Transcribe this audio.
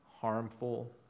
harmful